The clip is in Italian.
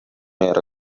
era